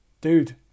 Dude